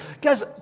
Guys